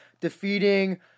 defeating